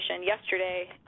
yesterday